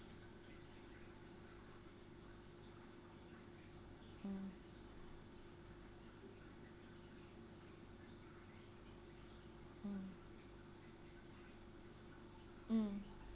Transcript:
mm mm mm